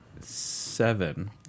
seven